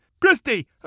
Christy